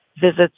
visits